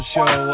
Show